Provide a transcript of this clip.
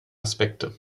aspekte